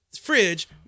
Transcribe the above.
fridge